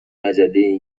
مجله